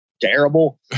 terrible